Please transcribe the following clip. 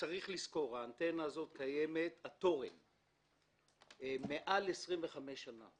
צריך לזכור, התורן קיים כבר יותר מ-25 שנים.